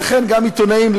ולכן גם עיתונאים,